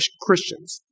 Christians